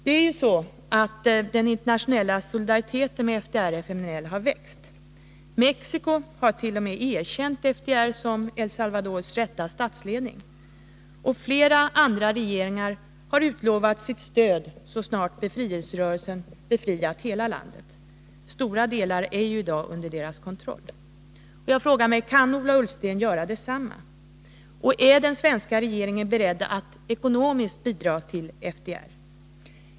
Det är ju så att den internationella solidariteten med FDR/FMNL har växt. Mexico har t.o.m. erkänt FOR som El Salvadors rätta statsledning, och flera andra regeringar har utlovat sitt stöd så snart befrielserörelsen befriat hela landet. Stora delar är ju i dag under dess kontroll. Kan Ola Ullsten göra detsamma? Och är den svenska regeringen beredd att ekonomiskt bidra till FDR?